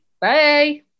Bye